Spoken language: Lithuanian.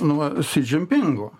nuo si džim pingo